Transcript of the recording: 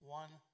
one